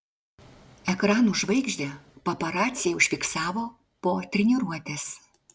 ekranų žvaigždę paparaciai užfiksavo po treniruotės